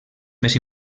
més